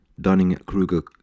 Dunning-Kruger